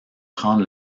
prendre